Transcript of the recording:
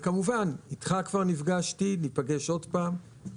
וכמובן, איתך כבר נפגשתי, ניפגש עוד פעם.